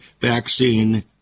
vaccine